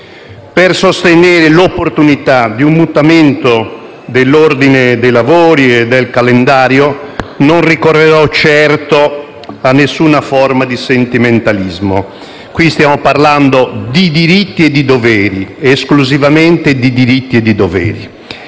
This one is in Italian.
per sostenere l'opportunità di un mutamento dell'ordine dei lavori e del calendario, non ricorrerò certo ad alcune forma di sentimentalismo. Qui stiamo parlando esclusivamente di diritti e doveri.